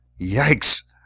Yikes